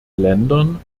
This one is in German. ländern